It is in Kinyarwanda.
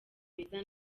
meza